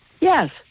Yes